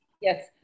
Yes